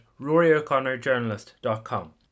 roryo'connorjournalist.com